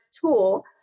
tool